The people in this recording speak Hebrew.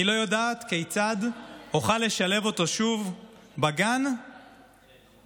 אני לא יודעת כיצד אוכל לשלב אותו שוב בגן ואיך